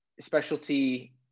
specialty